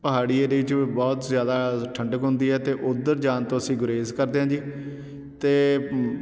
ਪਹਾੜੀ ਏਰੀਏ 'ਚ ਬਹੁਤ ਜ਼ਿਆਦਾ ਠੰਡਕ ਹੁੰਦੀ ਹੈ ਅਤੇ ਉੱਧਰ ਜਾਣ ਤੋਂ ਅਸੀਂ ਗੁਰੇਜ਼ ਕਰਦੇ ਹਾਂ ਜੀ ਅਤੇ